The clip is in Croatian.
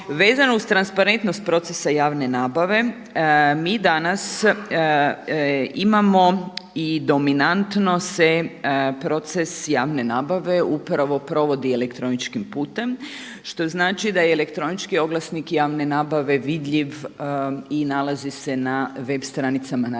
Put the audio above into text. Vezano uz transparentnost procesa javne nabave mi danas imamo i dominantno se proces javne nabave upravo provodi elektroničkim putem što znači da i elektronički oglasnik javne nabave vidljiv i nalazi se na web stranicama Narodnih